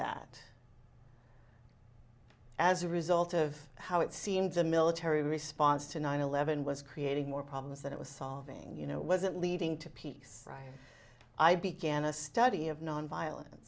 that as a result of how it seems a military response to nine eleven was creating more problems than it was solving you know wasn't leading to peace right i began a study of nonviolen